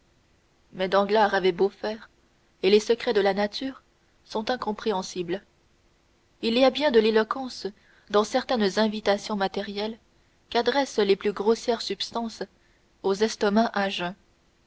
mais danglars avait beau faire et les secrets de la nature sont incompréhensibles il y a bien de l'éloquence dans certaines invitations matérielles qu'adressent les plus grossières substances aux estomacs à jeun